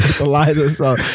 Eliza